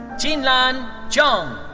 qinlan zhang.